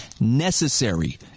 necessary